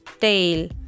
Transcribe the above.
tail